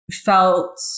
felt